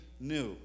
new